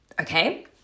Okay